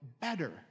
better